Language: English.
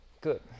good